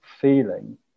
feeling